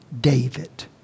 David